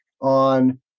on